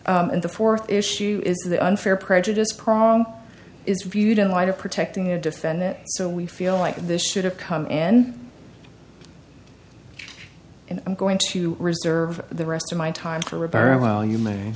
and the fourth issue is the unfair prejudice prong is viewed in light of protecting a defendant so we feel like this should have come in and i'm going to reserve the rest of my time for repairing while you may